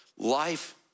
life